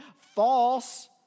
false